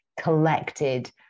collected